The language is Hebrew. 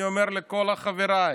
אני אומר לכל חבריי